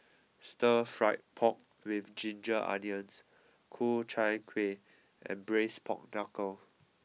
Stir Fried Pork with Ginger Onions Ku Chai Kuih and Braised Pork Knuckle